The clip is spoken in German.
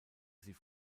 sie